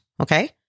okay